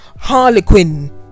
harlequin